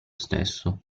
stesso